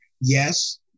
Yes